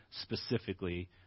specifically